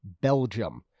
Belgium